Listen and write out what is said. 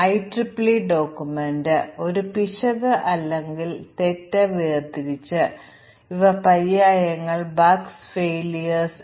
അതിനാൽ ഈ വ്യത്യസ്ത തരം മ്യൂട്ടേഷൻ ഓപ്പറേറ്റർമാരെല്ലാം നടത്തപ്പെടുന്നു അത് ധാരാളം മ്യൂട്ടന്റുകൾ സൃഷ്ടിക്കുന്നു